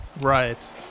Right